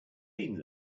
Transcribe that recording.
been